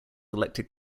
elected